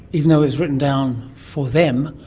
even though it was written down for them,